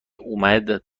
اومد